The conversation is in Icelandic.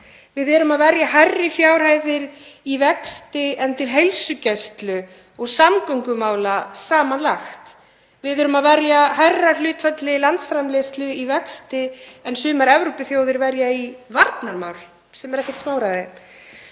Við erum að verja hærri fjárhæðum í vexti en til heilsugæslu og samgöngumála samanlagt. Við erum að verja hærra hlutfalli landsframleiðslu í vexti en sumar Evrópuþjóðir verja í varnarmál, sem er ekkert smáræði.